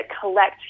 collect